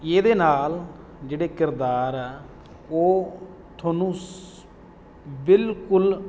ਇਹਦੇ ਨਾਲ ਜਿਹੜੇ ਕਿਰਦਾਰ ਆ ਉਹ ਤੁਹਾਨੂੰ ਬਿਲਕੁਲ